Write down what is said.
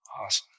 Awesome